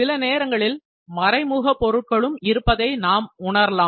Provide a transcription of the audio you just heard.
சில நேரங்களில் மறைமுக பொருட்களும் இருப்பதை நாம் உணரலாம்